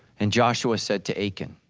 and joshua said to achan,